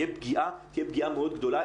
תהיה פגיעה מאוד גדולה,